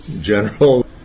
general